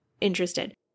interested